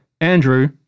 Andrew